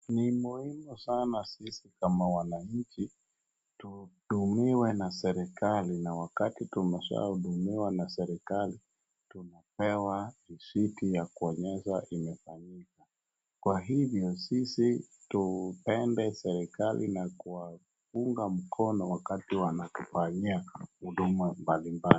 Ni muhimu sana sisi kama wananchi, tuhudumiwe na serikali na wakati tumeshahudumiwa na serikali, tunapewa risiti ya kuonyesha imefanyika, kwahivyo sisi tupende serikali na kuwaunga mkono wakati wanatufanyia huduma mbalimbali.